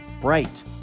Bright